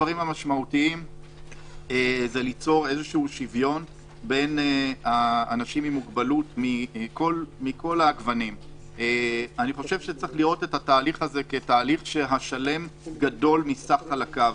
שהשלם גדול מסך חלקיו.